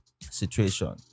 situation